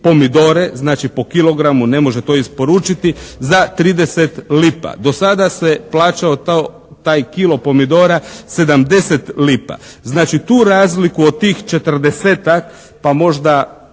znači po kilogramu ne može to isporučiti, za 30 lipa. Do sada se plaćao taj kilo pomidora 70 lipa. Znači, tu razliku od tih 40-ak pa možda